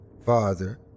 father